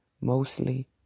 mostly